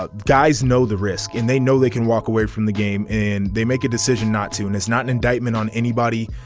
ah guys know the risk and they know they can walk away from the game and they make a decision not to and it's not an indictment on anybody.